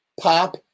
pop